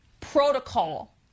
protocol